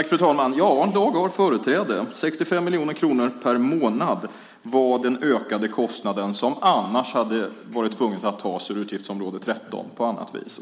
Fru talman! Ja, lag har företräde. 65 miljoner kronor per månad var den ökade kostnad som annars hade måst tas ur utgiftsområde 13 på annat vis.